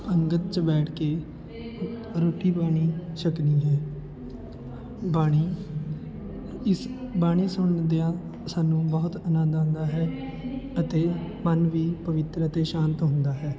ਪੰਗਤ 'ਚ ਬੈਠ ਕੇ ਰੋਟੀ ਪਾਣੀ ਛਕਣੀ ਹੈ ਬਾਣੀ ਇਸ ਬਾਣੀ ਸੁਣਦਿਆਂ ਸਾਨੂੰ ਬਹੁਤ ਆਨੰਦ ਆਉਂਦਾ ਹੈ ਅਤੇ ਮਨ ਵੀ ਪਵਿੱਤਰ ਅਤੇ ਸ਼ਾਂਤ ਹੁੰਦਾ ਹੈ